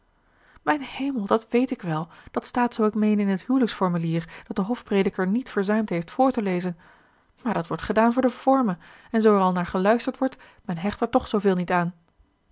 mijn hemel dat weet ik wel dat staat zoo ik meene in het hijliksformulier dat de hofprediker niet verzuimd heeft voor te lezen maar dat wordt gedaan voor de forme en zoo er al naar geluisterd wordt men hecht er toch zooveel niet aan